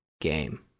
game